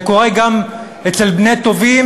זה קורה גם אצל בני-טובים,